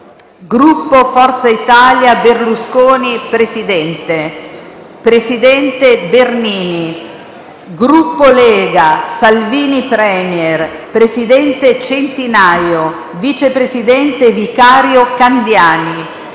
Gruppo Forza Italia Berlusconi Presidente Presidente: Bernini Gruppo Lega-Salvini Premier Presidente: Centinaio Vice Presidente vicario: Candiani